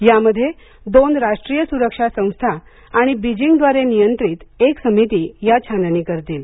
यामध्ये दोन राष्ट्रीय सुरक्षा संस्था आणि बिजींगद्वारे नियंत्रित एक समिती या छाननी करतील